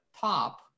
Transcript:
top